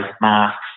masks